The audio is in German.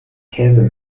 käse